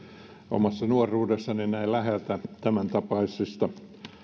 omassa nuoruudessani näin läheltä tämäntapaisista